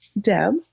Deb